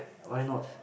why not